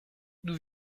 d’où